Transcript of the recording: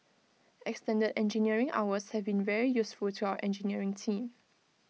extended engineering hours have been very useful to our engineering team